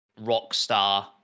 rockstar